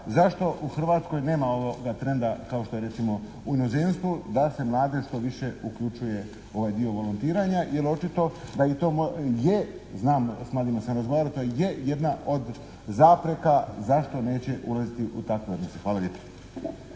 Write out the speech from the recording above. zašto u Hrvatskoj nema ovoga trenda kao što je recimo u inozemstvu da se mlade što više uključuje u ovaj dio volontiranja jer očito da i to je, znam s mladima sam razgovarao, to je jedna od zapreka zašto neće ulaziti u takve odnose. Hvala lijepa.